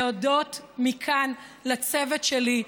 להודות מכאן לצוות שלי,